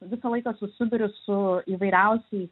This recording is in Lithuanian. visą laiką susiduriu su įvairiausiais